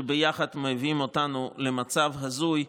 שביחד מביאים אותנו למצב הזוי,